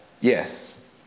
yes